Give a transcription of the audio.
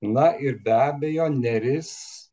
na ir be abejo neris